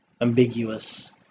ambiguous